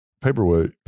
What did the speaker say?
paperweight